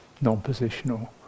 non-positional